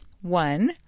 One